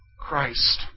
Christ